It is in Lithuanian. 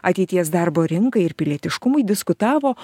ateities darbo rinkai ir pilietiškumui diskutavo